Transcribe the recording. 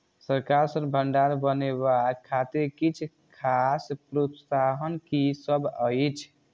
सरकार सँ भण्डार बनेवाक खातिर किछ खास प्रोत्साहन कि सब अइछ?